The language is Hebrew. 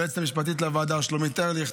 ליועצת המשפטית לוועדה שלומית ארליך,